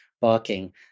Barking